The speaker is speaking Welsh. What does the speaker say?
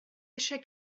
eisiau